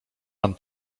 pan